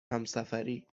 همسفری